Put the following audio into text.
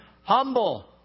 humble